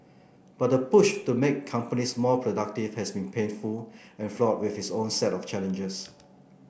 but the push to make companies more productive has been painful and fraught with its own set of challenges